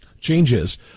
changes